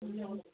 ꯎꯝ